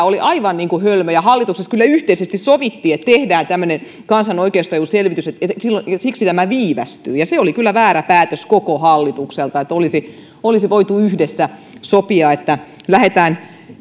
oli aivan hölmö hallituksessa kyllä yhteisesti sovittiin että tehdään tämmöinen kansan oikeustajuselvitys ja siksi tämä viivästyi se oli kyllä väärä päätös koko hallitukselta olisi olisi voitu yhdessä sopia että